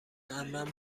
عمم